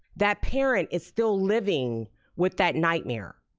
that parent is still living with that nightmare.